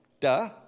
Duh